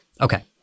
Okay